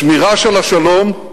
השמירה של השלום,